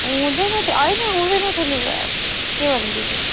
हुँदैनथियो हैन हुँदैनथियो नि के भन्नु दिदी